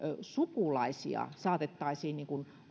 sukulaisia saatettaisiin